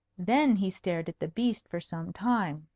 then he stared at the beast for some time.